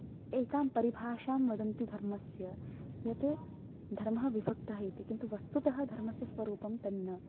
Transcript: एकां परिभाषां वदन्ति धर्मस्य यत् धर्मः विभक्तः इति किन्तु वस्तुतः धर्मस्य स्वरूपं तन्न